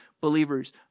believers